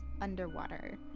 underwater